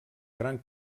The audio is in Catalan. gran